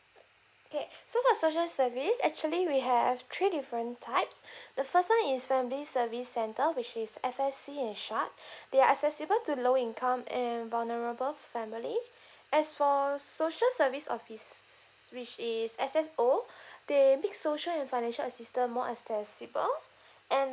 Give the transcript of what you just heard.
okay so for social service actually we have three different types the first one is family service center which is F_S_C in short they are accessible to low income and vulnerable family as for social service office which is S_S_O they main in social and financial assistance more accessible and